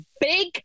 big